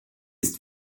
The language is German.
ist